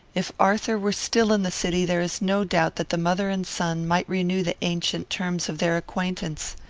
if arthur were still in the city, there is no doubt that the mother and son might renew the ancient terms of their acquaintance.